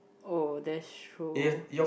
oh that's true